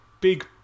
big